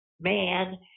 man